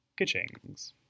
Kitchings